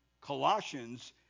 Colossians